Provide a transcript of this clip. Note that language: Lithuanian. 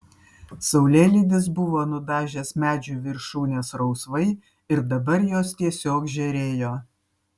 saulėlydis buvo nudažęs medžių viršūnes rausvai ir dabar jos tiesiog žėrėjo